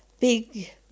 big